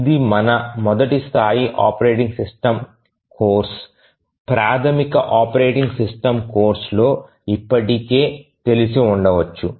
ఇది మన మొదటి స్థాయి ఆపరేటింగ్ సిస్టమ్ కోర్సు ప్రాథమిక ఆపరేటింగ్ సిస్టమ్ కోర్సులో ఇప్పటికే తెలిసి ఉండవచ్చు